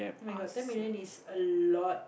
oh-my-god ten million is a lot